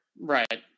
right